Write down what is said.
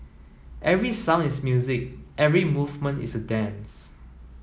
every sound is music every movement is a dance